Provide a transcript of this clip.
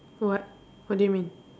what what do you mean